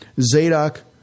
Zadok